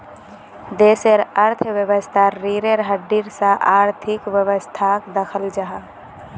देशेर अर्थवैवास्थार रिढ़ेर हड्डीर सा आर्थिक वैवास्थाक दख़ल जाहा